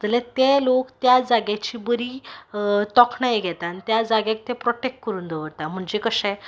जाल्यार ते लोक त्या जाग्याची बरी तोखणाय घेता आनी त्या जाग्याक ते प्रोटेक्ट करून दवरता म्हणजे कशे